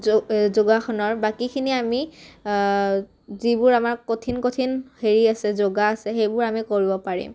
যো যোগাসনৰ বাকীখিনি আমি যিবোৰ আমাৰ কঠিন কঠিন হেৰি আছে যোগা আছে সেইবোৰ আমি কৰিব পাৰিম